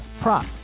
prop